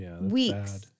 Weeks